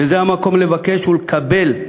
וזה המקום לבקש לקבל,